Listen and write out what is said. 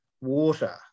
water